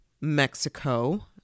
Mexico